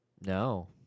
no